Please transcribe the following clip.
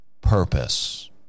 purpose